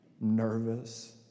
Nervous